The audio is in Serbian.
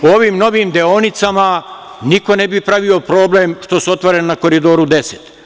U ovim novim deonicama niko ne bi pravio problem što su otvoreni na Koridoru 10.